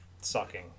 sucking